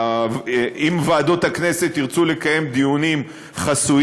ואם ועדות הכנסת ירצו לקיים דיונים חסויים,